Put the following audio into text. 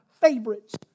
favorites